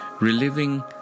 Reliving